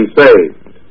saved